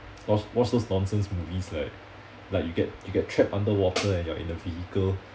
watch watch those nonsense movies like like you get you get trapped underwater and you're in a vehicle